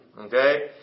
Okay